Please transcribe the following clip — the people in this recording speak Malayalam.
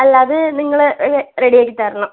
അല്ല അത് നിങ്ങള് റെഡിയാക്കിത്തരണം